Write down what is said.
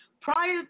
Prior